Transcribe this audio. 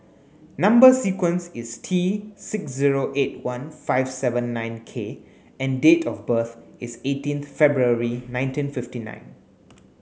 number sequence is T six zero eight one five seven nine K and date of birth is eighteenth February nineteen fifty nine